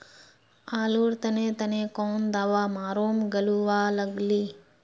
आलूर तने तने कौन दावा मारूम गालुवा लगली?